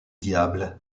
diables